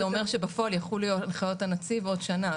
זה אומר שבפועל יחולו הנחיות הנציב עוד שנה.